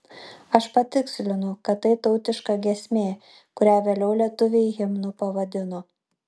aš patikslinu kad tai tautiška giesmė kurią vėliau lietuviai himnu pavadino